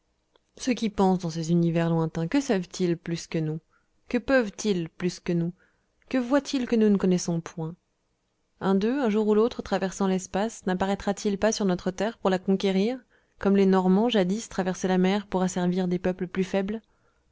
ceux qui pensent dans ces univers lointains que savent-ils plus que nous que peuvent-ils plus que nous que voient-ils que nous ne connaissons point un d'eux un jour ou l'autre traversant l'espace napparaîtra t il pas sur notre terre pour la conquérir comme les normands jadis traversaient la mer pour asservir des peuples plus faibles